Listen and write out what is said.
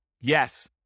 Yes